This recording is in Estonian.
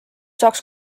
saaks